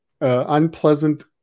unpleasant